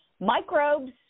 Microbes